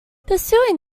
perusing